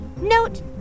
note